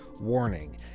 warning